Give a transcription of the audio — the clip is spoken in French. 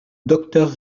docteur